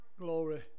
Glory